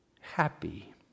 happy